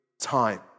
time